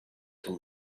too